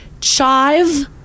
chive